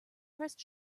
pressed